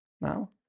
now